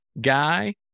guy